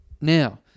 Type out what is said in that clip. now